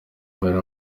mbere